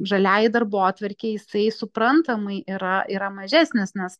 žaliajai darbotvarkei jisai suprantamai yra yra mažesnis nes